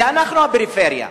זה אנחנו הפריפריה.